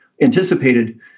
anticipated